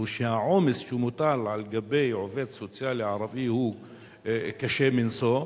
שהעומס שמוטל על עובד סוציאלי ערבי הוא קשה מנשוא.